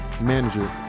manager